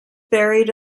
buried